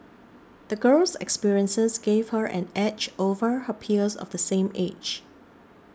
the girl's experiences gave her an edge over her peers of the same age